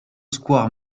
square